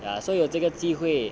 ya so 有这个机会